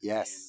Yes